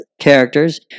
characters